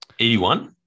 81